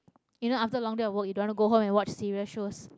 you know after a long day of work you don't want to go home and watch serious shows